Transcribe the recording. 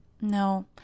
No